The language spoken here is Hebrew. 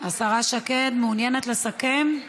השרה שקד מעוניינת לסכם?